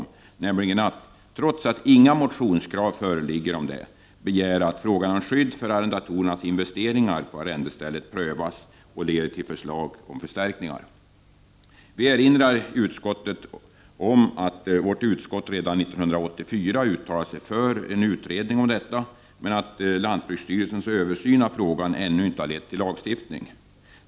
Vi är nämligen helt ense om att — trots att inga motionskrav föreligger här — begära att frågan om skydd för arrendatorernas investeringar på arrendestället prövas och leder till förslag om förstärkningar. Vi erinrar om att lagutskottet redan 1984 uttalade sig för en utredning om detta. Men lantbruksstyrelsens översyn av frågan har ännu inte lett till lagstiftning.